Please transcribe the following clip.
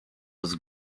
was